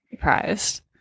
surprised